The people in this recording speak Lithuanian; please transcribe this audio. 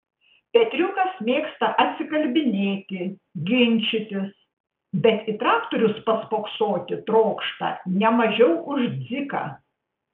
petriukas mėgsta atsikalbinėti ginčytis bet į traktorius paspoksoti trokšta ne mažiau už dziką